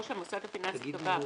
או שהמוסד הפיננסי קבע,